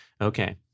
Okay